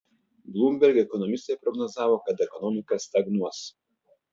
bloomberg ekonomistai prognozavo kad ekonomika stagnuos